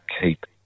keep